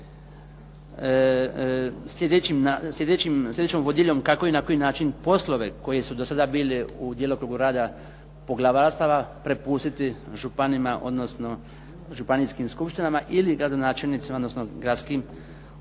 sljedećom vodiljom kako i na koji način poslove koji su do sada bili u djelokrugu rada poglavarstava prepustiti županima, odnosno županijskim skupštinama ili gradonačelnicima odnosno gradskim vijećima